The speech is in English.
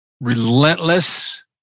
Relentless